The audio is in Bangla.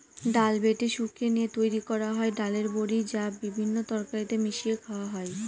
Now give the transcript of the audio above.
ডাল বেটে শুকিয়ে নিয়ে তৈরি করা হয় ডালের বড়ি, যা বিভিন্ন তরকারিতে মিশিয়ে খাওয়া হয়